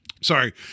Sorry